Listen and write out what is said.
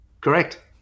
Correct